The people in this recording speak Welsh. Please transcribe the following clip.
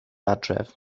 adref